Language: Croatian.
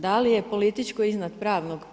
Da li je političko iznad pravnog?